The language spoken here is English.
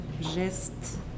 geste